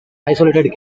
isolated